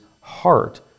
heart